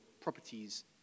properties